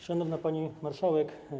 Szanowna Pani Marszałek!